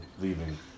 leaving